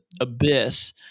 abyss